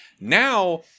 now